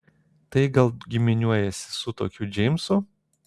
tai gal giminiuojiesi su tokiu džeimsu